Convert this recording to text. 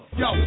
yo